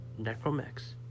necromex